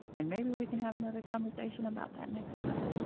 and maybe we can have another conversation about that next time.